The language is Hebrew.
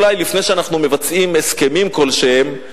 אולי לפני שאנחנו מבצעים הסכמים כלשהם,